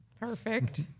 perfect